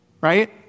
right